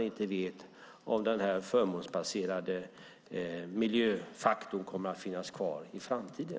Det är det som är problemet.